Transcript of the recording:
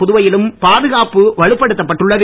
புதுவையிலும் பாதுகாப்பு வலுப்படுத்தப் பட்டுள்ளது